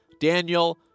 Daniel